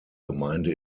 gemeinde